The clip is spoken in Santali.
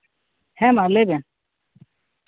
ᱦᱮᱸ ᱢᱟ ᱞᱟᱹᱭ ᱵᱮᱱ